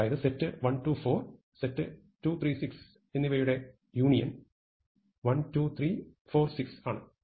അതായത് set 1 2 4 set 2 3 6 എന്നിവയുടെ union 1 2 3 4 6 ആണ്